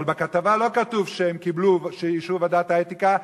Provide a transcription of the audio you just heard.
אבל בכתבה לא כתוב שהם קיבלו אישור מוועדת האתיקה,